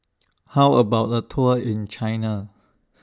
How about A Tour in China